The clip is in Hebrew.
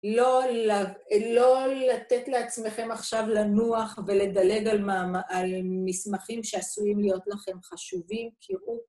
לא לתת לעצמכם עכשיו לנוח ולדלג על מסמכים שעשויים להיות לכם חשובים, כי הוא...